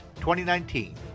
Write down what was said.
2019